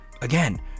Again